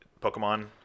Pokemon